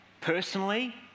personally